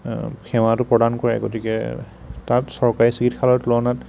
সেৱাটো প্ৰদান কৰে গতিকে তাত চৰকাৰী চিকিৎসালয়ৰ তুলনাত